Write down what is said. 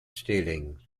stealing